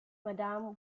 madame